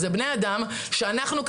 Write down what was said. הם בני אדם שאנחנו,